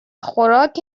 خوراک